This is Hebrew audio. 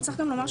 וצריך גם לומר,